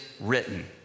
written